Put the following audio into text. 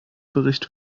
bericht